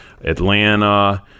Atlanta